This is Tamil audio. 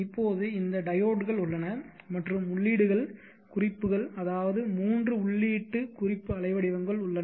இப்போது இந்த டையோட்கள் உள்ளன மற்றும் உள்ளீடுகள் குறிப்புகள் அதாவது மூன்று உள்ளீட்டு குறிப்பு அலைவடிவங்கள் உள்ளன